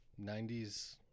90s